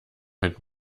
mit